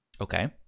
Okay